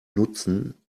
nutzen